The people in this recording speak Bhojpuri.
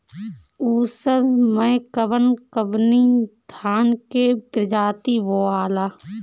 उसर मै कवन कवनि धान के प्रजाति बोआला?